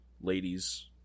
ladies